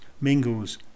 mingles